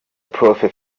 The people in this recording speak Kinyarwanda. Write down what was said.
prof